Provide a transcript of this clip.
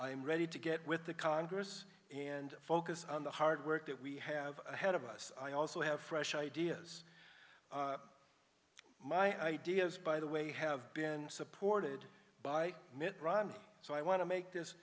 i'm ready to get with the congress and focus on the hard work that we have ahead of us i also have fresh ideas my ideas by the way have been supported by mitt romney so i want to make this